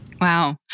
Wow